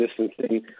distancing